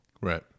Right